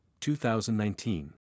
2019